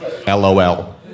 LOL